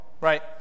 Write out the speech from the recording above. right